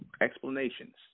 explanations